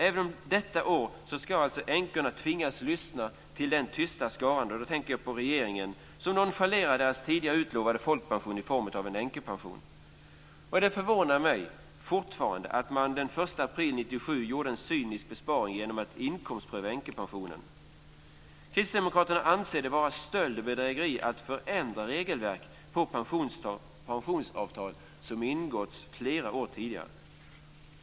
Även detta år ska änkorna tvingas stå ut med att regeringens tysta skara nonchalerar sitt tidigare löfte om folkpension i form av änkepension. Det förvånar mig fortfarande att man den 1 april 1997 gjorde en cynisk besparing genom att inkomstpröva änkepensionen. Kristdemokraterna anser det vara stöld och bedrägeri att förändra regelverket för pensionsavtal som ingåtts flera år tidigare.